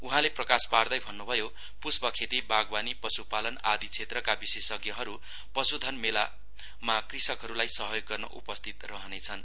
उहाँले प्रकाश पार्दै भन्नभयो पृष्पखेती बागवानी पश्पालन आदि क्षेत्रका विशेषज्ञहरू पश्धन मेलामा कृषकहरूलाई सहयोग गर्न उपस्थित रहनेछन्